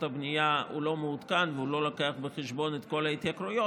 הבנייה הוא לא מעודכן והוא לא מביא בחשבון את כל ההתייקרויות,